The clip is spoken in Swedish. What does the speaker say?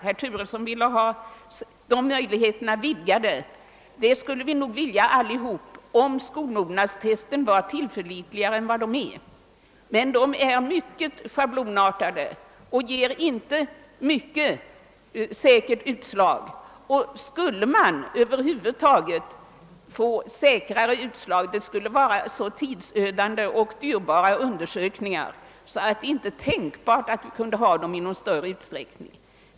Herr Turesson ville ha dessa möjligheter vidgade. Det skulle vi nog alla vilja, om skolmognadstesten var tillförlitligare än de är. Men de är mycket schablonartade och ger inga säkra utslag. Skulle de anordnas så, att de gav säkrare utslag, skulle de bli mycket tidsödande och dyrbara. Det är därför inte tänkbart att anordna sådana undersökningar i någon större utsträckning.